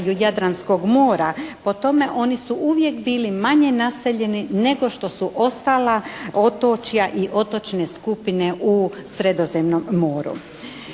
Jadranskog mora. Po tome oni su uvijek bili manje naseljeni nego što su ostala otočja i otočne skupine u Sredozemnom moru.